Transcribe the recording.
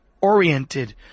oriented